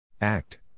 Act